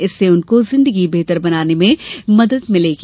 इससे उनकों जिंदगी बेहतर बनाने में मदद मिलेगी